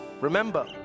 Remember